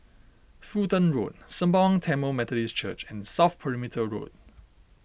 Fulton Road Sembawang Tamil Methodist Church and South Perimeter Road